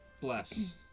bless